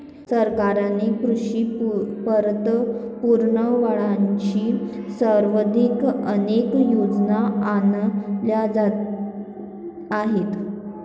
सरकारने कृषी पतपुरवठ्याशी संबंधित अनेक योजना आणल्या आहेत